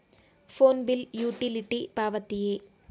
Phone bill utility ಪಾವತಿಯೇ?